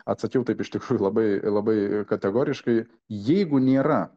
atsakiau taip iš tikrųjų labai labai kategoriškai jeigu nėra